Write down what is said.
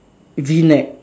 V neck